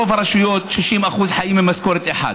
ברוב הרשויות 60% חיים ממשכורת אחת.